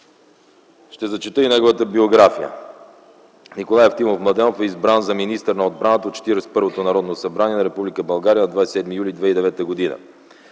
Ще зачета неговата биография. Николай Евтимов Младенов е избран за министър на отбраната от 41-то Народно събрание на Република България на 27 юли 2009 г.